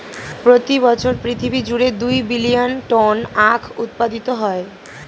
প্রতি বছর পৃথিবী জুড়ে দুই বিলিয়ন টন আখ উৎপাদিত হয়